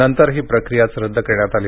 नंतर ती प्रक्रीयाच रद्द करण्यात आली